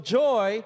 joy